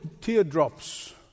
teardrops